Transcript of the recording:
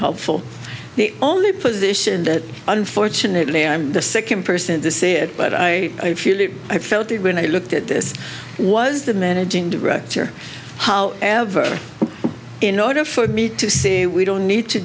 helpful the only position that unfortunately i'm the second person to say it but i feel it i felt it when i looked at this was the managing director however in order for me to see we don't need to